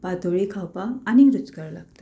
पातोळी खावपाक आनी रुचकार लागता